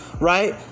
right